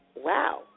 Wow